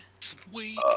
Sweet